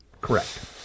Correct